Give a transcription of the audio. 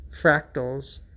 fractals